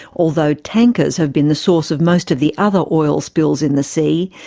although tankers have been the source of most of the other oil spills in the sea,